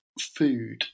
food